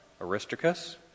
Aristarchus